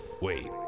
Wait